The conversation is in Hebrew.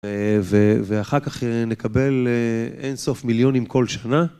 ואחר כך נקבל אינסוף מיליונים כל שנה.